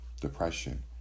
depression